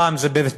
פעם זה בבתי-אבות,